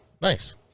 Nice